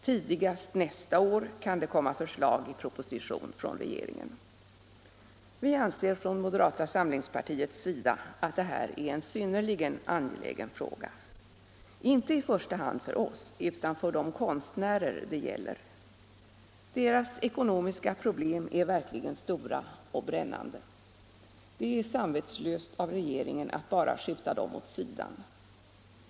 Tidigast nästa år kan det komma förslag i proposition från regeringen. Vi anser i moderata samlingspartiet att det här är en synnerligen angelägen fråga, inte i första hand för oss utan för de konstnärer det gäller. Deras ekonomiska problem är verkligen stora och brännande. Det är samvetslöst av regeringen att bara skjuta dem åt sidan.